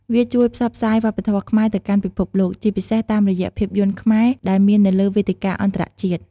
វាជួយផ្សព្វផ្សាយវប្បធម៌ខ្មែរទៅកាន់ពិភពលោក ជាពិសេស តាមរយៈភាពយន្តខ្មែរដែលមាននៅលើវេទិកាអន្តរជាតិ។